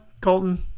Colton